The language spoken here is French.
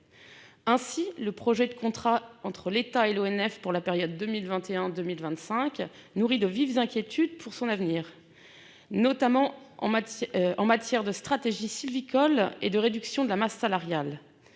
ainsi le projet de contrat entre l'État et l'ONF pour la période 2021 2025, nourri de vives inquiétudes pour son avenir, notamment en match en matière de stratégie sylvicoles et de réduction de la masse salariale